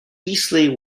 eastleigh